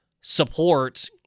support